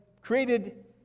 created